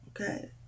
okay